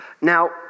Now